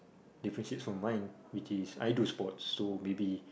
differentiate from mine which is I do sports so maybe